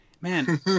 Man